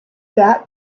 that